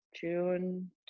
June